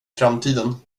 framtiden